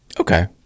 Okay